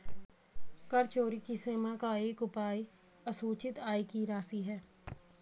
कर चोरी की सीमा का एक उपाय असूचित आय की राशि है